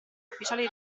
ufficiali